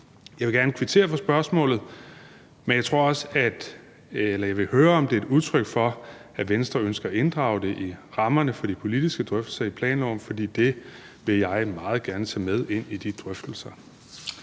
Jeg vil gerne kvittere for spørgsmålet, og jeg vil høre, om det er et udtryk for, at Venstre ønsker at inddrage det i de politiske drøftelser om rammerne for planloven, for det vil jeg meget gerne tage med ind i de drøftelser.